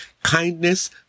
Kindness